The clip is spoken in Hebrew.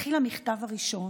מתחיל המכתב הראשון.